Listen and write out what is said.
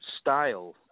style